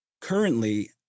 currently